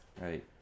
Right